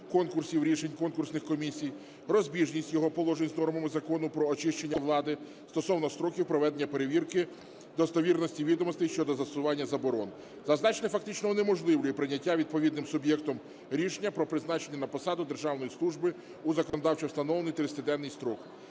конкурсів рішень конкурсних комісій, розбіжність його положень з нормами Закону "Про очищення влади" стосовно строків проведення перевірки достовірності відомостей щодо застосування заборон. Зазначене, фактично, унеможливлює прийняття відповідним суб'єктом рішення про призначення на посаду державної служби у законодавчо встановлений 30-денний строк.